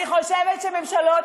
אני חושבת שממשלות,